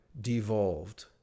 devolved